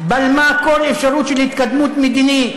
בלמה כל אפשרות של התקדמות מדינית,